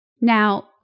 Now